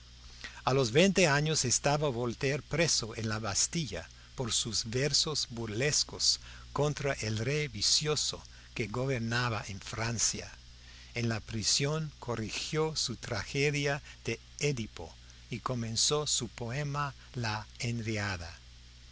a los veinte años estaba voltaire preso en la bastilla por sus versos burlescos contra el rey vicioso que gobernaba en francia en la prisión corrigió su tragedia de edipo y comenzó su poema la henriada